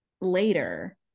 later